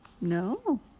No